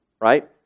right